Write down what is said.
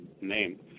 name